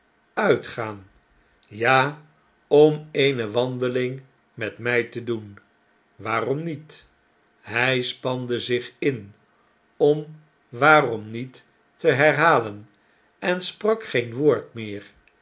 uitgaan ja om eene wandeling met mij te doen waarom niet hij spande zich in om waarom niet te herhalen en sprak geen woord meer